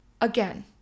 again